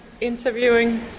interviewing